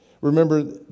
Remember